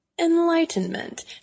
Enlightenment